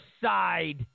side